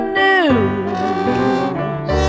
news